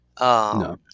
No